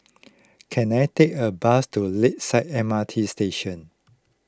can I take a bus to Lakeside M R T Station